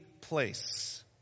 place